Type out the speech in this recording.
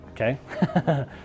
okay